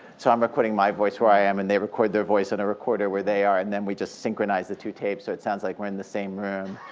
so i'm recording my voice where i am and they record their voice on a recorder where they are, and then we just synchronize the two tapes so it sounds like we're in the same room.